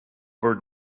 bird